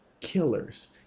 killers